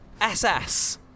SS